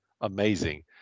amazing